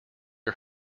are